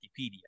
wikipedia